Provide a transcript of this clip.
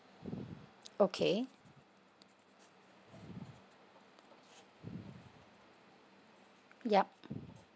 okay yup